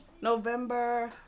November